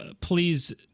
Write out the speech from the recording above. please